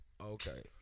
Okay